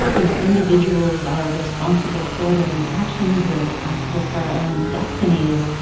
you know, individuals are responsible for their own actions, we're responsible for our own destinies.